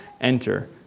enter